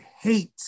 hate